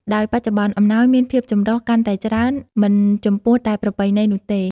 ដោយបច្ចុប្បន្ន អំណោយមានភាពចម្រុះកាន់តែច្រើន មិនចំពោះតែប្រពៃណីនោះទេ។